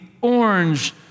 orange